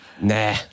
Nah